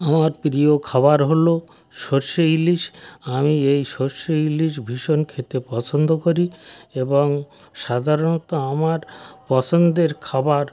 আমার প্রিয় খাবার হলো সর্ষে ইলিশ আমি এই সর্ষে ইলিশ ভীষণ খেতে পছন্দ করি এবং সাধারণত আমার পছন্দের খাবার